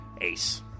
Ace